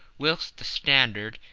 whilst the standard,